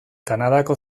kanadako